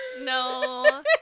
No